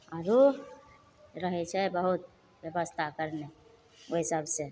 आरो रहय छै बहुत व्यवस्था करने ओइ सबसँ